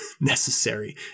necessary